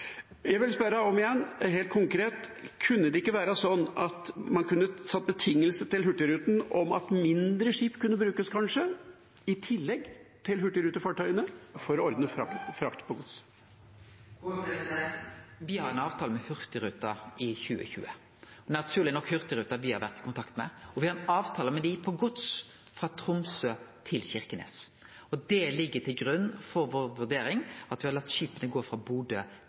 Jeg vil igjen spørre helt konkret: Kunne det ikke være sånn at man kunne satt betingelse til Hurtigruten om at mindre skip kanskje kunne brukes i tillegg til hurtigrutefartøyene for å ordne frakt av gods? Me har ein avtale med Hurtigruten i 2020. Det er naturleg nok Hurtigruten me har vore i kontakt med, og me har ein avtale om gods frå Tromsø til Kirkenes med hurtigruta. Det ligg til grunn for vår vurdering om å la skipa gå frå Bodø